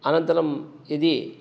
अनन्तरं यदि